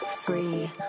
Free